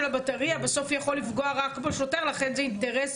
הבטרייה בסוף יכול לפגוע רק בשוטר לכן זה אינטרס